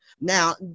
Now